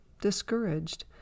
discouraged